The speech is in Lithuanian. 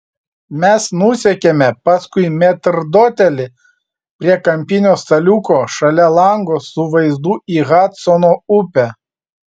mes nusekėme paskui metrdotelį prie kampinio staliuko šalia lango su vaizdu į hadsono upę